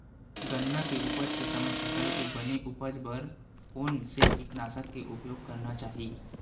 गन्ना के उपज के समय फसल के बने उपज बर कोन से कीटनाशक के उपयोग करना चाहि?